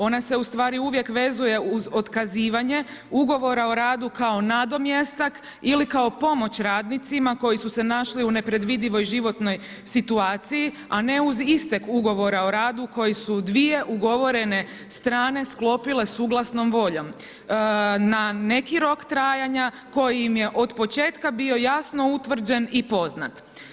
Ona se ustvari uvijek vezuje uz otkazivanje ugovora o radu kao nadomjestak ili kao pomoć radnicima koji su se našli u nepredvidivoj životnoj situaciji, a ne uz istek ugovora o radu koji su u dvije ugovorene strane sklopile suglasnom voljom na neki rok trajanja koji im je od početka bio jasno utvrđen i poznat.